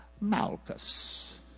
Malchus